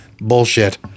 bullshit